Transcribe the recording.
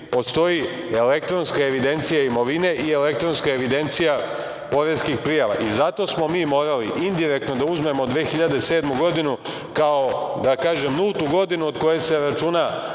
postoji elektronska evidencija imovine i elektronska evidencija poreskih prijava. Zato smo mi morali indirektno da uzmemo 2007. godinu kao nultu godinu od koje se računa